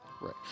Right